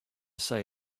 say